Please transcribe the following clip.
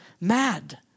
mad